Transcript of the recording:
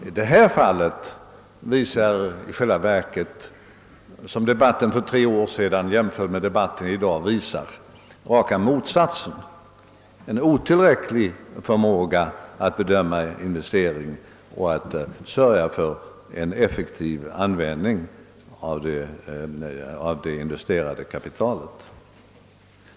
I detta fall är nämligen förhållandet — som debatten för tre år sedan jämfört med debatten i dag visar — det rakt motsatta: en otillräcklig förmåga att bedöma investeringarna och att sörja för en effektiv användning av det investerade kapitalet.